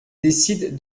décide